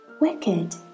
Wicked